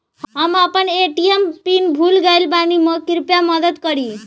हम अपन ATM pin भूल गएल बानी, कृपया मदद करीं